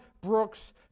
brooks